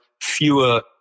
fewer